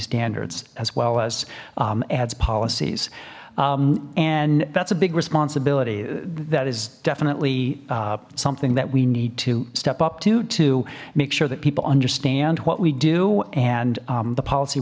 standards as well as ads policies and that's a big responsibility that is definitely something that we need to step up to to make sure that people understand what we do and the policy